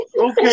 Okay